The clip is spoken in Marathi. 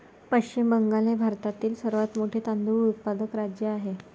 पश्चिम बंगाल हे भारतातील सर्वात मोठे तांदूळ उत्पादक राज्य आहे